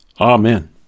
Amen